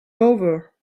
over